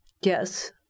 Yes